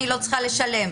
אני לא צריכה לשלם,